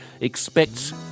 expects